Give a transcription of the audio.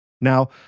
Now